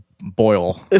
boil